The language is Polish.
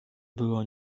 było